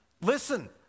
Listen